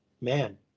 man